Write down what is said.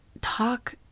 talk